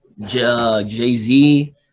Jay-Z